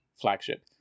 flagship